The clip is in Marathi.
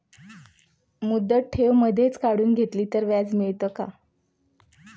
मुदत ठेव मधेच काढून घेतली तर व्याज मिळते का?